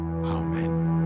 Amen